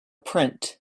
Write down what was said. print